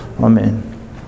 Amen